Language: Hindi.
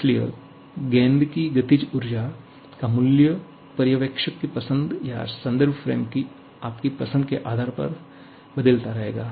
इसलिए गेंद की गतिज ऊर्जा का मूल्य पर्यवेक्षक की पसंद या संदर्भ फ्रेम की आपकी पसंद के आधार पर बदलता रहेगा